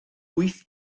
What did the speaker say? wyth